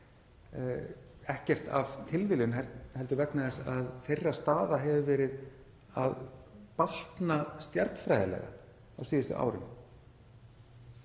ekkert af tilviljun heldur vegna þess að þeirra staða hefur verið að batna stjarnfræðilega mikið á síðustu árum.